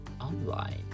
online